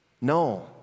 No